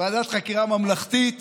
ועדת חקירה ממלכתית